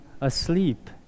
asleep